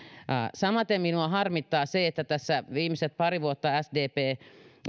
samaten minua harmittaa se että viimeiset pari vuotta sdp toi